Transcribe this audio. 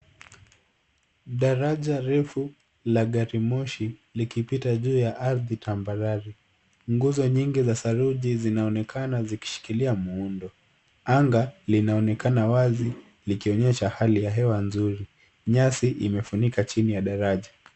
Daraja refu la gari moshi likipita juu ya ardhi tambarare. Nguzo nyingi za saruji zinaonekana zikishikilia muundo. Anga linaonekana wazi likionyesha hali ya hewa nzuri. Nyasi imefunika chini ya daraja.